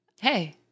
Hey